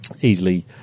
easily